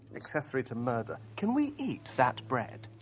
accessory to murder. can we eat that bread?